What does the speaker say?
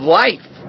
life